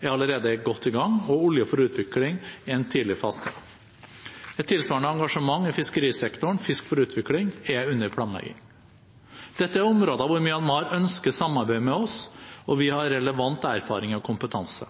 er allerede godt i gang, og Olje for utvikling er i en tidlig fase. Et tilsvarende engasjement i fiskerisektoren, Fisk for utvikling, er under planlegging. Dette er områder hvor Myanmar ønsker samarbeid med oss, og hvor vi har relevant erfaring og kompetanse.